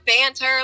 banter